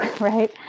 right